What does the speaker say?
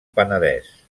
penedès